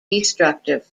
destructive